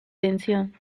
tensión